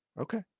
Okay